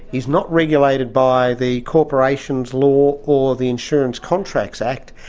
is not regulated by the corporations law or the insurance contracts act,